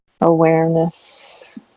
awareness